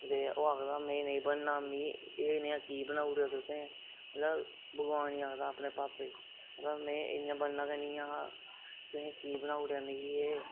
दे ओह् आखदा में नेईं बनना मीं एह् नेहा की बनाई ओड़ेआ तुसे मतलब भगवान गी आखदा अपने पापा गी में इ'यां बनना गै नेईं हा तुसें कि बनाड़ेआ मीं ऐ